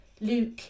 Luke